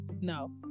no